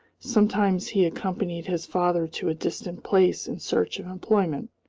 sometimes he accompanied his father to a distant place in search of employment,